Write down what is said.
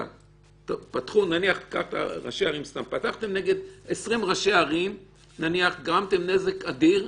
למשל, אם פתחתם נגד ראשי ערים וגרמתם נזק אדיר,